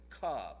cub